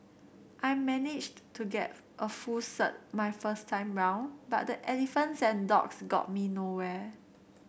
I managed to get a full cert my first time round but the Elephants and Dogs got me nowhere